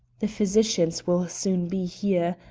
the physicians will soon be here.